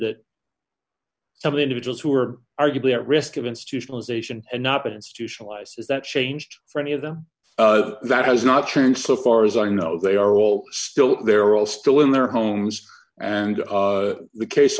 that some individuals who are arguably at risk of institutionalization and not been institutionalized as that changed for any of them that has not changed so far as i know they are all still they're all still in their homes and the case